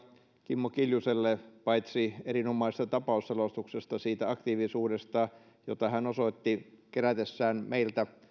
kimmo kiljuselle paitsi erinomaisesta tapausselostuksesta myös siitä aktiivisuudesta jota hän osoitti kerätessään meiltä